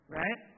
right